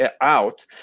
out